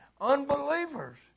Unbelievers